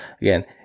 again